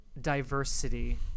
diversity